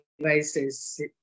Devices